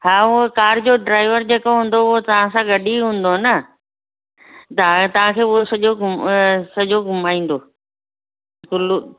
हा हो कार जो ड्राइवर जेको हूंदो हुओ तव्हां सां गॾु ही हूंदो न तव्हांखे उहो सॼो सॼो घुमाईंदो कुल्लू